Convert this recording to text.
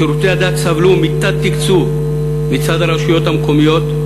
שירותי הדת סבלו מתת-תקצוב מצד הרשויות המקומיות,